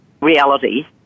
reality